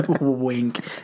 Wink